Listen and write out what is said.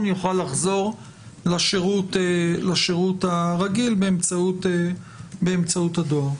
יוכל לחזור לשירות הרגיל באמצעות הדואר.